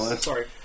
Sorry